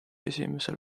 esimesel